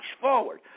forward